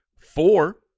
Four